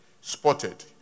spotted